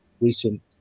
recent